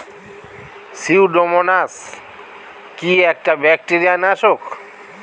Pseudomonas কি একটা bacteria নাশক?